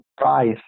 price